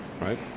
right